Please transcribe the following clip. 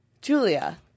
Julia